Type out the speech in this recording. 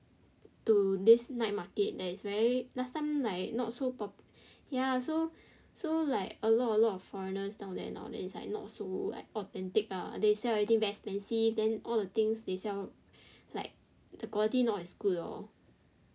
to this night market that is very last time like not so pop~ ya so so like a lot a lot of foreigners down there nowadays then it's not like not so authentic lah they sell everything very expensive then all the things they sell like the quality not as good lor